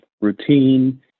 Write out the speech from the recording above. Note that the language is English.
routine